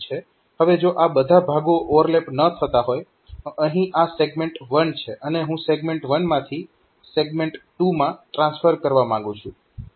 હવે જો આ બધા ભાગો ઓવરલેપ ન થતા હોય અહીં આ સેગમેન્ટ 1 છે અને હું સેગમેન્ટ 1 માંથી સેગમેન્ટ 2 માં ટ્રાન્સફર કરવા માંગુ છું